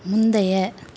முந்தைய